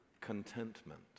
contentment